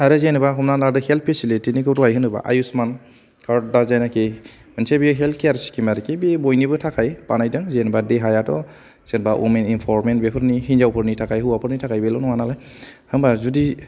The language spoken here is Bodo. आरो जेनेबा हमनानै लादो हेल्थ फेसिलितिनिखौ दहाय होनोबा आयुसमान कार्ड दा जायनोखि मोनसे बे हेल्थ केयार स्किम आरोखि बे बयनिबो थाखाय बानायदों जेनेबा देहायाथ' जेनेबा अमेन इमपावारमोननि हिनजावफोरनि थाखाय हौवाफोरनि थाखाय बेल' नङा नालाय होनबा जुदि